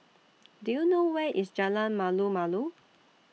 Do YOU know Where IS Jalan Malu Malu